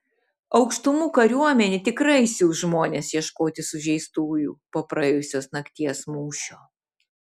aukštumų kariuomenė tikrai siųs žmones ieškoti sužeistųjų po praėjusios nakties mūšio